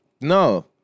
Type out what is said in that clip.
No